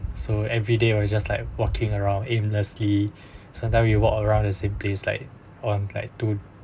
so everyday or you just like walking around aimlessly sometime we walk around the same place like on like two